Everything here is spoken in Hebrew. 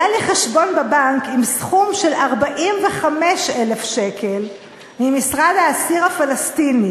היה לי חשבון בבנק עם סכום של 45,000 שקל ממשרד האסיר הפלסטיני"